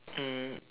mm